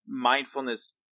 mindfulness